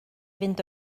fynd